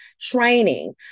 training